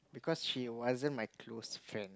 because she wasn't my close friend